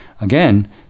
Again